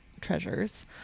treasures